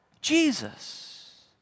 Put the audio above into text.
Jesus